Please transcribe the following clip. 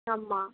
ஆமாம்